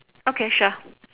okay sure